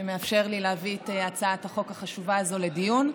שמאפשר לי להביא את הצעת החוק החשובה הזאת לדיון.